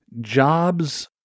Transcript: Jobs